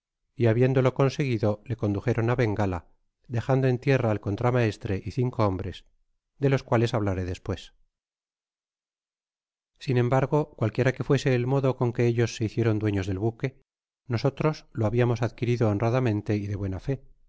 y habiéndolo conseguido lo condujeron á bengala dejando en tierra al contramaestre y cinco hombres de los cuales hablaré despues sin embargo cualquiera que fuese el modo con que ellos se hicieron dueños del buque nosotros lo habiamos adquirido honradamente y de buena fé